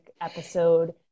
episode